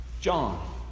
John